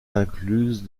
incluse